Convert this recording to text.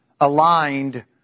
aligned